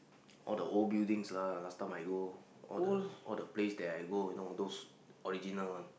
all the old buildings lah last time I go all the all the place that I go you know those original one